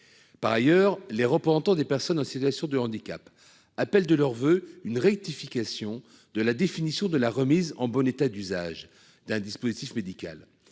Par ailleurs, les représentants des personnes en situation de handicap appellent de leurs voeux une rectification de la définition de la remise en bonne état d'usage d'un dispositif médical.